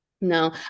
No